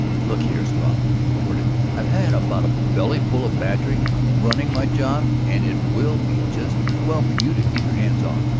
look here, struve, he retorted, i've had about a bellyful of badgering. i'm running my job and it will be just as well for you to keep your hands off.